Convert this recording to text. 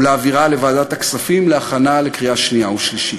ולהעבירה לוועדת הכספים להכנה לקריאה שנייה ושלישית.